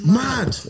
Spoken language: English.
mad